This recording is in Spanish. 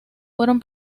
fueron